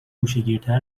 گوشهگیرتر